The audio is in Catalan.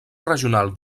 regional